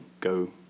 go